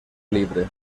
libre